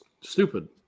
stupid